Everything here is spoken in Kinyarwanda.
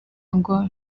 ngo